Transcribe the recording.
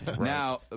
Now